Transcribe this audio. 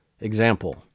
example